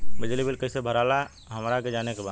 बिजली बिल कईसे भराला हमरा के जाने के बा?